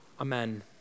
Amen